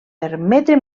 permetre